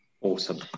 Awesome